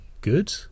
good